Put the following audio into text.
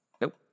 Nope